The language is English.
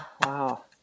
Wow